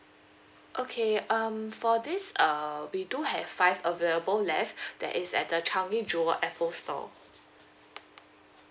okay um for this uh we do have five available left that is at the changi jewel apple store